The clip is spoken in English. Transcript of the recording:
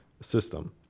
system